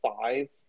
five